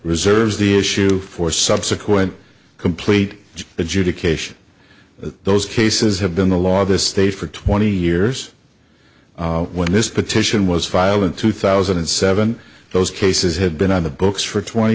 reserves the issue for subsequent complete adjudication those cases have been the law this state for twenty years when this petition was filed in two thousand and seven those cases had been on the books for twenty